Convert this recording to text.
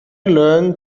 learn